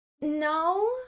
No